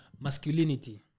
masculinity